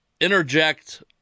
interject